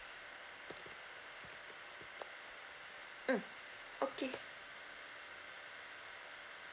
mm okay